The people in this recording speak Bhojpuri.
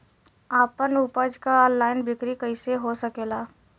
आपन उपज क ऑनलाइन बिक्री कइसे हो सकेला?